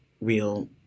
real